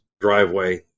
driveway –